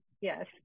yes